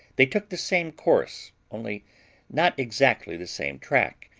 they took the same course, only not exactly the same track,